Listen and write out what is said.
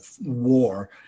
war